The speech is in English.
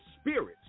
spirits